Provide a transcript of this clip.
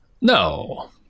No